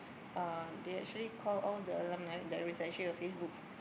uh they actually call all the alumni there is actually a Facebook